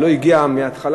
ולא הגיע קודם,